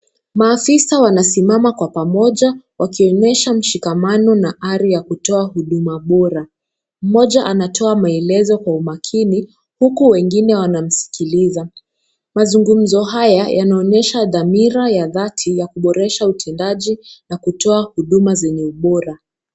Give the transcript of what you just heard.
Maafisa wanasimama kwa pamoja wakionyesha mshikamano na ari ya kutoa huduma bora. Mmoja anatoa maelezo kwa umakini huku wengine wanamskiliza. Mazungumzo haya yanaonyesha damira ya dhati ya kuboresha utendaji na kutoa huduma zenye ubora.